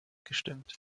gestimmt